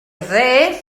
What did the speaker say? dde